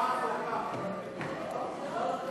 5 נתקבלו.